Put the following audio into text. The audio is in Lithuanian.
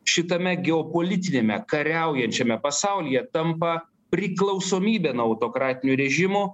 šitame geopolitiniame kariaujančiame pasaulyje tampa priklausomybe nuo autokratinių režimų